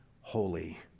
holy